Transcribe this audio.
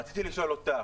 רציתי לשאול את נאוה.